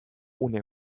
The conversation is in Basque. une